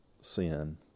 sin